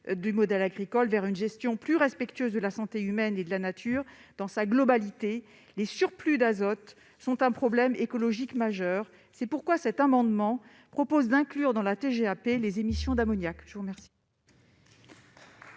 du modèle agricole vers une gestion plus respectueuse de la santé humaine et de la nature dans sa globalité. Les surplus d'azote constituent un problème écologique majeur. C'est pourquoi cet amendement propose d'inclure, dans la TGAP, les émissions d'ammoniac.